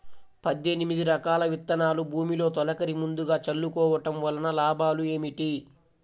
పద్దెనిమిది రకాల విత్తనాలు భూమిలో తొలకరి ముందుగా చల్లుకోవటం వలన లాభాలు ఏమిటి?